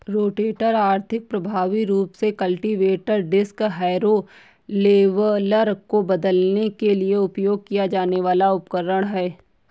rotator आर्थिक, प्रभावी रूप से कल्टीवेटर, डिस्क हैरो, लेवलर को बदलने के लिए उपयोग किया जाने वाला उपकरण है